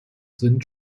sind